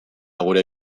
gure